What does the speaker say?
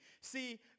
See